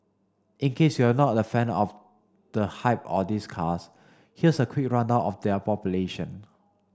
in case you're not a fan of the hype or these cars here's a quick rundown of their population